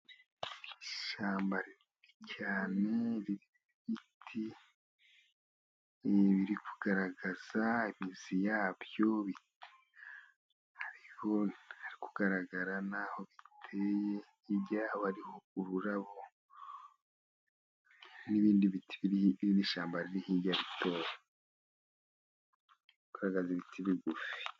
Ishyamba runini cyane ririmo ibiti biri kugaragaza imizi yabyo ariko nta kugaragara n'aho biteye ijya bariho ururabo n'ibindi iri shyamba rihinga bi kugaragaza ibiti bigufi